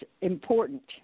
important